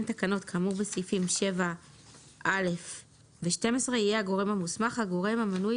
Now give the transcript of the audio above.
תקנות כאמור בסעיפים 7א ו-12 יהיה הגורם המוסמך הגורם המנוי